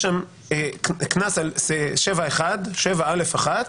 סעיף 7(א)(1ׂ)